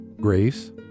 grace